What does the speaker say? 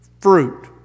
fruit